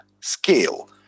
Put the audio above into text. scale